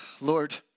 Lord